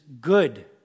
good